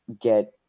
get